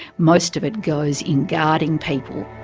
most of it, goes in guarding people.